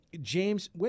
James